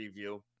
preview